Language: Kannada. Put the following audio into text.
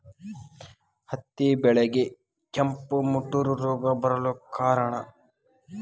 ಹತ್ತಿ ಬೆಳೆಗೆ ಕೆಂಪು ಮುಟೂರು ರೋಗ ಬರಲು ಕಾರಣ?